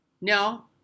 no